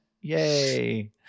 Yay